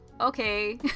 okay